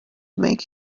make